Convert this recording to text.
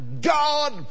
God